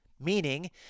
meaning